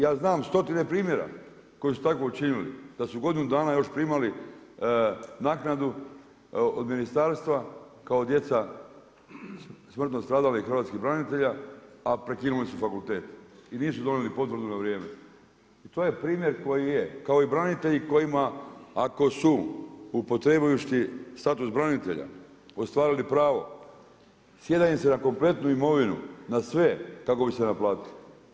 Ja znam stotine primjera koji su tako učinili, da su godinu dana još primali naknadu od ministarstva kao djeca smrtno stradalih hrvatskih branitelja, a prekinuli su fakultet i nisu donijeli potvrdu na vrijeme i to je primjer koji je, kao i branitelji kojima ako su upotrebivši status branitelja ostvarili pravo sjeda im se na kompletnu imovinu, na sve kako bi se naplatilo.